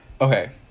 Okay